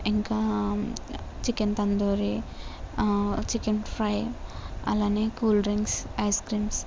ఇంకా chicken tandoori chicken fry అలానే cool drinks ice creams